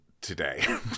today